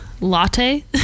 latte